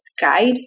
Guide